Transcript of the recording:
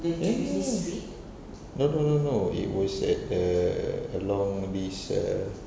ya ya ya no no no no it was at err along this err